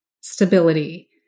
stability